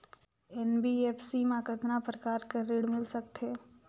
NBFC मा कतना प्रकार कर ऋण मिल सकथे?